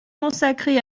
consacrés